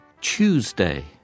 Tuesday